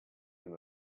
him